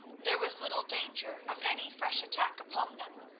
there was little danger of any fresh attack upon them,